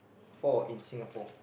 for in Singapore